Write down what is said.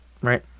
right